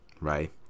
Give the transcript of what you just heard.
right